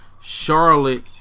Charlotte